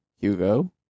Hugo